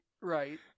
Right